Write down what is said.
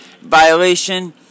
violation